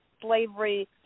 slavery